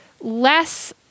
less